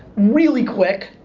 really quick,